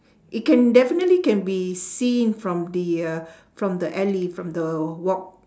it can definitely can be seen from the uh from the alley from the walk